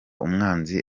umwanzi